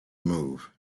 move